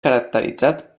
caracteritzat